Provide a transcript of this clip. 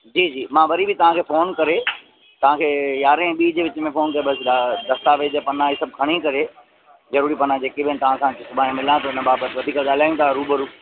जी जी मां वरी बि तव्हांखे फ़ोन करे तव्हांखे यांरहें ॿी जे विच में फ़ोन करे बसि ॿुधायां दस्तावेज पन्ना इहे सभु खणी करे ज़रूरी पन्ना जेके बि आहिनि तव्हांखां सुभाणे मिला थो हुनजे बाबति ॻाल्हायूं त रूबरू